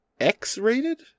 X-rated